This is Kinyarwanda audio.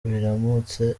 biramutse